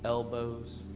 elbows,